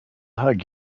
hug